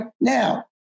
Now